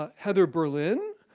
ah heather berlin,